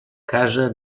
casa